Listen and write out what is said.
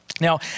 Now